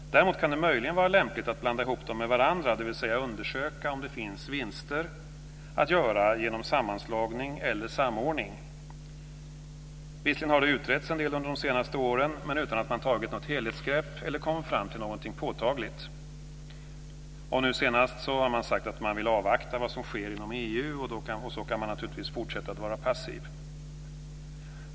Däremot kan det möjligen vara lämpligt att blanda ihop dem med varandra, dvs. undersöka om det finns vinster att göra genom sammanslagning eller samordning. Visserligen har det utretts en del under de senaste åren, dock utan att man tagit ett helhetsgrepp eller kommit fram till någonting påtagligt. Nu senast har man sagt att man vill avvakta vad som sker inom EU, och så kan man naturligtvis fortsätta att vara passiv.